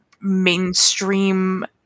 mainstream